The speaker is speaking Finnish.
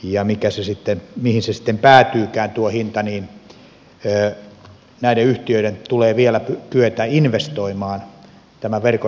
mihin tuo hinta sitten päätyykään niin näiden yhtiöiden tulee vielä kyetä investoimaan tämän verkon rakentamiseen